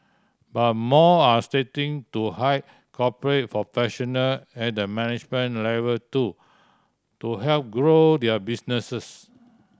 but more are starting to hire corporate professional at the management level too to help grow their businesses